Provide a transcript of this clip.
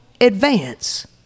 advance